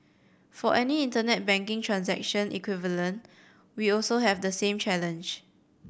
for any Internet banking transaction equivalent we also have the same challenge